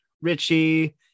Richie